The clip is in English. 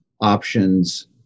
options